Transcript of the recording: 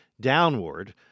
downward